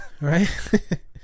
Right